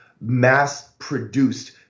mass-produced